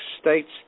State's